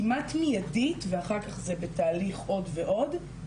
כמעט מיידית ואחר כך זה בתהליך עוד ועוד,